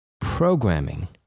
programming